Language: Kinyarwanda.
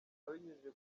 abinyujije